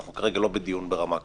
אנחנו כרגע בדיון ברמה כזאת,